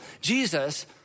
Jesus